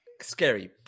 scary